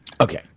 okay